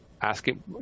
asking